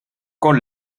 con